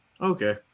Okay